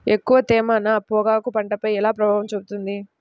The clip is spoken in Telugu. ఎక్కువ తేమ నా పొగాకు పంటపై ఎలా ప్రభావం చూపుతుంది?